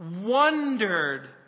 wondered